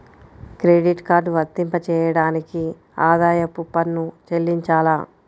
Credit card వర్తింపజేయడానికి ఆదాయపు పన్ను చెల్లించాలా?